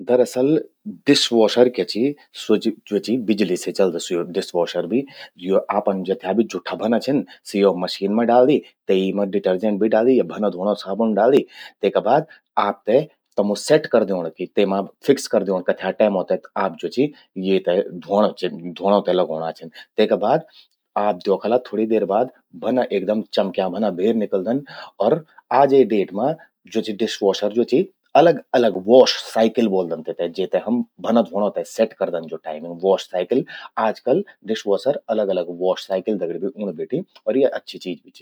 दरअसल, डिशवॉशर क्या चि। स्वो ज्वो चि बिजलि से चलद स्वो डिशवॉशर भि। यो आपन जथ्या भि जुट्ठा भन्ना छिन, सि यो मशीन मां डालि। तेई मां डिटरजेंट भि डालि या भन्ना ध्वोणों साबुन डालि। तेका बाद आपते तमु सेट कर द्योण कि तेमा फिक्स कर द्योंण कि कथ्या टेमो ते आप ज्वो चि येते ध्वोण चि। ध्वोणों ते लगौंणां छिन। तेका बाद आप द्योखला थोड़ी देर बाद भन्ना एकदम चमक्यां भन्ना भेर निकलदन। और आजे डेट मां ज् चि डिशवॉशर ज्वो चि अलग अलग वॉश साइकिल ब्वोलदन तेते, जेते हम भन्ना ध्वोणों ते सेट करदन ज्वो टाइम, वॉश साइकिल। आजकल डिशवॉशर अलग अलग वॉश साइकल दगड़ि ऊंण बेठीन। अर या अच्छि चीज भि चि।